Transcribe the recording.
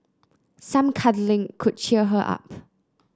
some cuddling could cheer her up